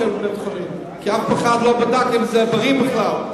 לבית-חולים, כי אף אחד לא בדק אם זה בריא בכלל.